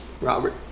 Robert